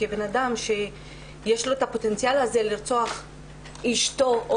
כי אדם שיש לו פוטנציאל לרצוח את אשתו או